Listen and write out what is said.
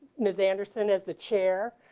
miss anderson is the chair.